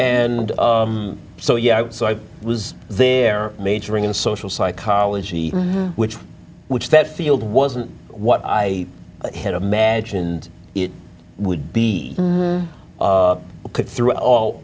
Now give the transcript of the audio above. and so yeah so i was there majoring in social psychology which which that field wasn't what i had imagined it would be through all